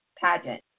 pageant